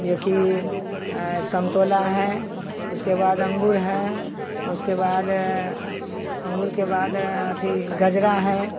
जो कि संतरा है उसके बाद अंगूर है उसके बाद अंगूर के बाद अथी गजरा है